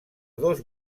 dos